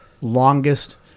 longest